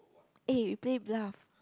eh play bluff